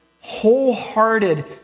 wholehearted